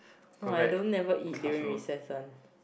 no I don't never eat during recess one